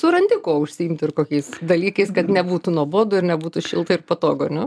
surandi kuo užsiimti ir kokiais dalykais kad nebūtų nuobodu ir nebūtų šilta ir patogu ar ne